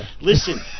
Listen